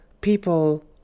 people